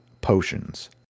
potions